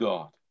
God